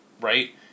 Right